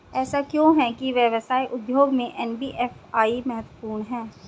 ऐसा क्यों है कि व्यवसाय उद्योग में एन.बी.एफ.आई महत्वपूर्ण है?